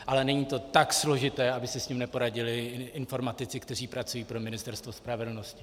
Ale není to tak složité, aby si s tím neporadili informatici, kteří pracují pro Ministerstvo spravedlnosti.